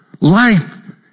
Life